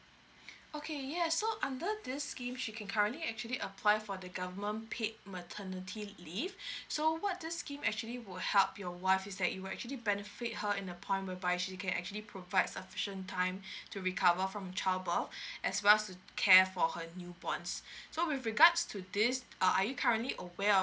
okay yes so under this scheme she can currently actually apply for the government paid maternity leave so what this scheme actually will help your wife is that it will actually benefit her in the point whereby she can actually provide sufficient time to recover from child birth as well as to care for her newborns so with regards to this uh are you currently aware of